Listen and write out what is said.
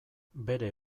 bere